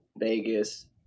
Vegas